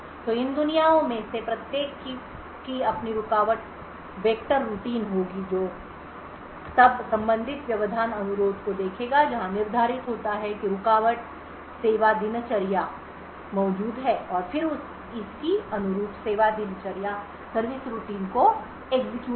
तो इन दुनियाओं में से प्रत्येक की अपनी रुकावट वेक्टर दिनचर्या वेक्टर vector routine होगी जो तब संबंधित व्यवधान अनुरोध को देखेगा जहां निर्धारित होता है कि रुकावट सेवा दिनचर्या मौजूद है और फिर उसी अनुरूप सेवा दिनचर्या को निष्पादित करें